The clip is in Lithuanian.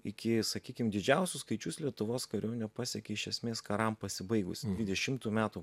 iki sakykim didžiausius skaičius lietuvos kariuomenė pasiekė iš esmės karam pasibaigus dvidešimtų metų